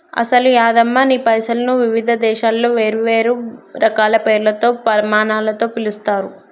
అసలు యాదమ్మ నీ పైసలను వివిధ దేశాలలో వేరువేరు రకాల పేర్లతో పమానాలతో పిలుస్తారు